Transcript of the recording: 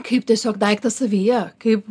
kaip tiesiog daiktas savyje kaip